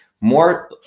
more